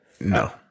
No